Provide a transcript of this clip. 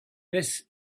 this